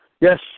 Yes